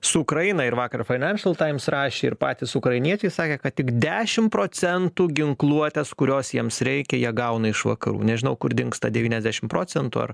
su ukraina ir vakar financial times rašė ir patys ukrainiečiai sakė kad tik dešim procentų ginkluotės kurios jiems reikia jie gauna iš vakarų nežinau kur dingsta devyniasdešim procentų ar